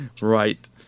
Right